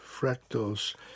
fractals